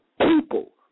people